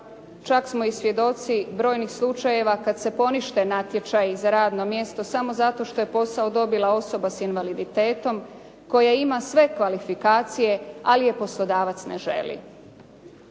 čak smo i svjedoci brojnih slučajeva kada se ponište natječaji za radno mjesto, samo zato što je posao dobila osoba sa invaliditetom koja ima sve kvalifikacije, ali je poslodavac ne želi.